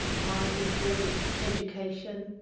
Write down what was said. i enjoy education,